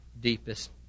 deepest